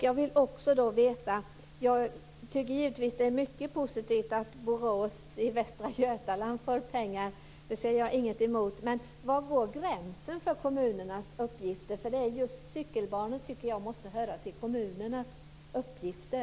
Jag vill också veta: Jag tycker givetvis att det är mycket positivt att Borås i Västra Götaland får pengar - det har jag inget emot - men var går gränsen för kommunernas uppgifter? Cykelbanor tycker jag måste höra till kommunernas uppgifter.